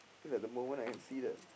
feels like the moment I can see that